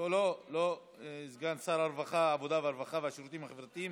הרווחה והשירותים החברתיים